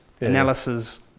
analysis